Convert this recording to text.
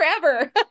Forever